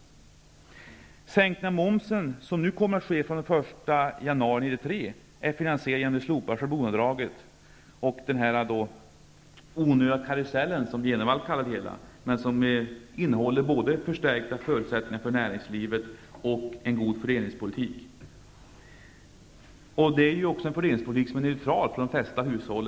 Den sänkning av momsen som nu kommer att ske, något som gäller från den 1 januari 1993, är finansierad genom det slopade schablonavdraget och den onödiga karusell som Bo G. Jenevall talade om men som innehåller både förstärkta förutsättningar för näringslivet och en god fördelningspolitik. Den fördelningspolitiken är neutral för de flesta hushåll.